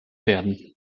werden